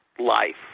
life